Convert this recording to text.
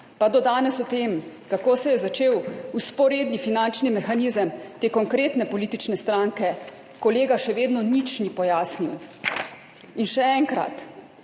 pa do danes o tem, kako se je začel vzporedni finančni mehanizem te konkretne politične stranke, kolega še vedno nič ni pojasnil. Še enkrat,